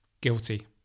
Guilty